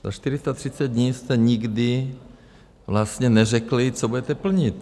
Za 430 dní jste nikdy vlastně neřekli, co budete plnit.